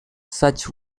such